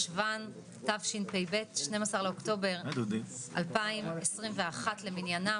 היום יום שלישי ו' בחשוון תשפ"ב 12.10.2021 למניינם.